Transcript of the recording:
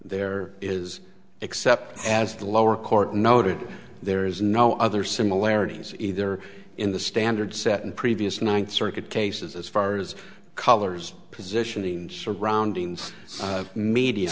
there is except as the lower court noted there is no other similarities either in the standard set in previous ninth circuit cases as far as colors positioning surroundings media